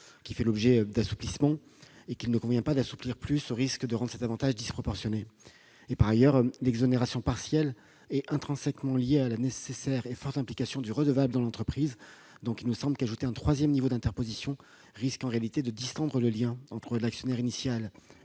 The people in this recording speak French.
qui fait déjà l'objet d'assouplissements ; il ne convient pas de l'assouplir davantage, au risque de rendre cet avantage disproportionné. Par ailleurs, l'exonération partielle est intrinsèquement liée à la nécessaire et forte implication du redevable dans l'entreprise. Il nous semble qu'ajouter un troisième niveau d'interposition risque en réalité de distendre le lien entre l'actionnaire initial